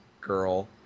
Girl